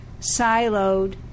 siloed